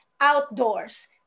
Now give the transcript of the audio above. outdoors